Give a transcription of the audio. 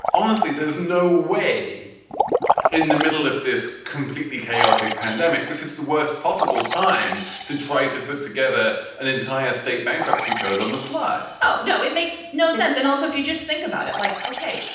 honestly, there's no way in the middle of this completely chaotic pandemic. this is the worst possible time to try to put together an entire state bankruptcy code on the fly oh, no, it makes no sense. and also, if you just think about it like, ok,